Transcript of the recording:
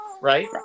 Right